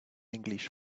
english